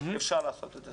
אפשר לעשות את זה.